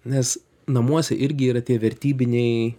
nes namuose irgi yra tie vertybiniai